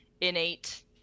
innate